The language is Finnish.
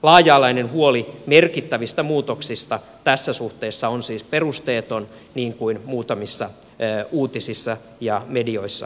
laaja alainen huoli merkittävistä muutoksista tässä suhteessa niin kuin muutamissa uutisissa ja medioissa on väitetty on siis perusteeton